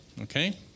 Okay